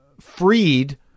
freed